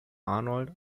arnold